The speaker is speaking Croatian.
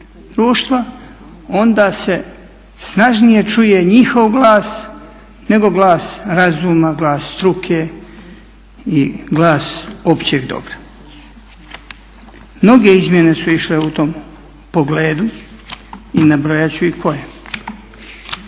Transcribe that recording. onda se snažnije čuje njihov glas nego glas razuma, glas struke i glas općeg dobra. Mnoge izmjene su išle u tom pogledu i nabrojat ću i koje.